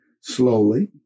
Slowly